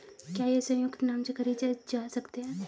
क्या ये संयुक्त नाम से खरीदे जा सकते हैं?